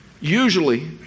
usually